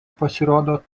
pasirodo